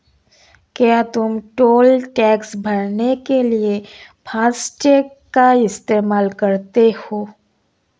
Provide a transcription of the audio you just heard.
क्या तुम toll tax भरने के लिए फासटेग का इस्तेमाल करते हो?